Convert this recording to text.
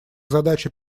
задачи